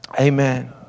Amen